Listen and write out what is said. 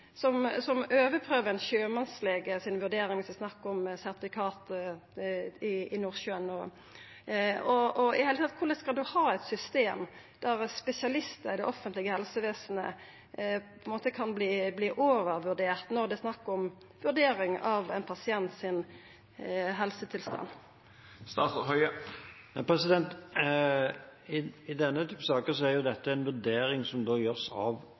som overprøver vurderinga til ein spesialist, som overprøver vurderinga til ein sjømannslege, viss det er snakk om sertifikat i Nordsjøen. Korleis kan i det heile tatt ha eit system der spesialistar i det offentlege helsevesenet kan verta overprøvde når det er snakk om helsetilstanden til ein pasient? I denne typen saker er dette en vurdering som gjøres av